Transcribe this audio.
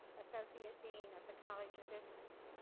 associate dean of the college of business.